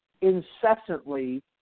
incessantly